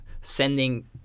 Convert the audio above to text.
sending